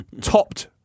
topped